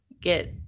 get